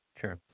Sure